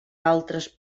altres